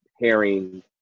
pairing